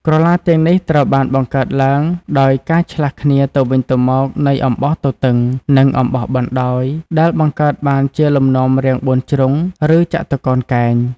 ក្រឡាទាំងនេះត្រូវបានបង្កើតឡើងដោយការឆ្លាស់គ្នាទៅវិញទៅមកនៃអំបោះទទឹង និងអំបោះបណ្ដោយ ដែលបង្កើតបានជាលំនាំរាងបួនជ្រុង ឬចតុកោណកែង។